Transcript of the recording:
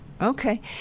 Okay